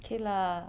K lah